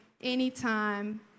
anytime